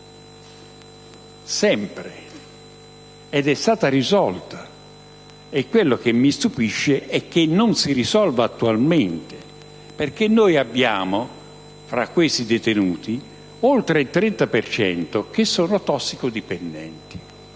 sempre, ed è stata risolta. E quello che mi stupisce è che non si risolva attualmente perché, tra questi detenuti, oltre il 30 per cento è tossicodipendente,